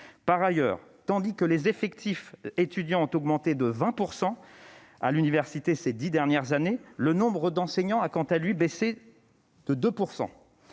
Par ailleurs, tandis que les effectifs étudiants ont augmenté de 20 % à l'université ces dix dernières années, le nombre d'enseignants a quant à lui diminué de 2 %.